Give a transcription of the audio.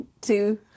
two